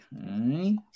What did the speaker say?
Okay